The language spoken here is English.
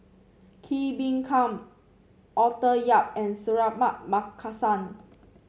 Kee Bee Khim Arthur Yap and Suratman Markasan